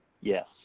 Yes